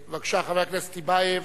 בבקשה, חבר הכנסת טיבייב,